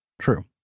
True